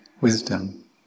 wisdom